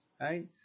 right